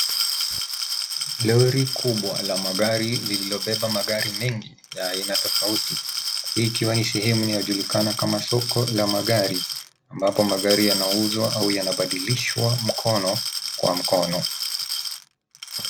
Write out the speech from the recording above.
Lori kubwa la magari lililobeba magari mengi ya aina tofauti, hii ikiwa ni sehemu inayojulikana kama soko la magari, ambapo magari yanauzwa au yanabadilishwa mkono kwa mkono.